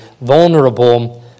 vulnerable